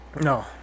No